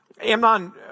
Amnon